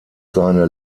seine